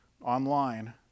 online